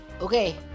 Okay